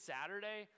Saturday